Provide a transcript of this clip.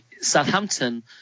Southampton